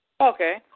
Okay